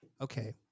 Okay